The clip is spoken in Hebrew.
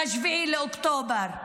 מ-7 באוקטובר,